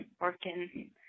working